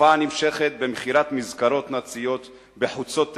התופעה נמשכת במכירת מזכרות נאציות בחוצות תל-אביב.